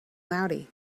laude